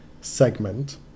segment